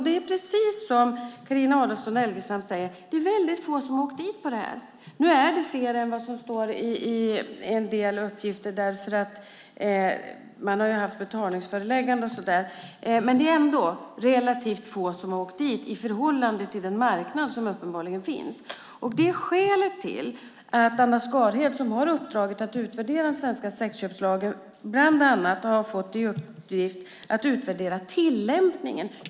Det är, precis som Carina Adolfsson Elgestam säger, väldigt få som har åkt dit för det här. Nu är det fler än vad som står i en del uppgifter därför att det också har dömts till betalningsföreläggande, men det är ändå relativt få som har åkt dit i förhållande till den marknad som uppenbarligen finns. Det är skälet till att Anna Skarhed, som har uppdraget att utvärdera den svenska sexköpslagen, bland annat har fått i uppgift att utvärdera tillämpningen.